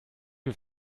wir